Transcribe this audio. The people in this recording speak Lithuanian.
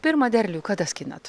pirmą derlių kada skinat